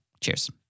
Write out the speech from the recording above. Cheers